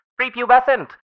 prepubescent